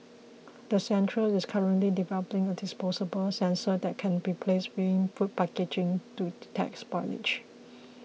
the centre is currently developing a disposable sensor that can be placed within food packaging to detect spoilage